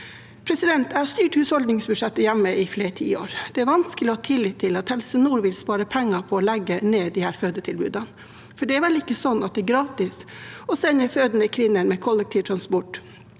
Helgeland? Jeg har styrt husholdningsbudsjettet hjemme i flere tiår. Det er vanskelig å ha tillit til at Helse Nord vil spare penger på å legge ned disse fødetilbudene. Det er vel ikke sånn at det er gratis å sende fødende kvinner med kollektivtransport,